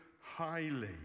highly